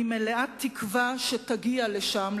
אני מלאת תקווה שתגיע לשם,